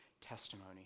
testimony